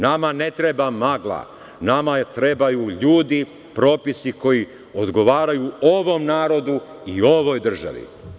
Nama ne treba magla, nama trebaju ljudi, propisi koji odgovaraju ovom narodu i ovoj državi.